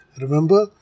remember